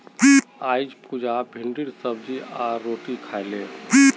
अईज पुजा भिंडीर सब्जी आर रोटी खा ले